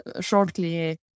shortly